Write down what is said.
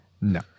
No